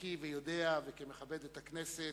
כבקי ויודע ומכבד את הכנסת.